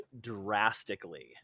drastically